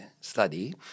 study